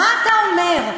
מה אתה אומר?